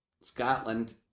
Scotland